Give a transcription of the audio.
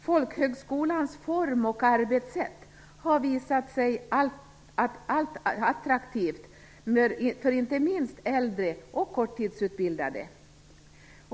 Folkhögskolans form och arbetssätt har visat sig allt attraktivare för inte minst äldre och korttidsutbildade.